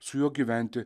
su juo gyventi